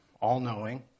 all-knowing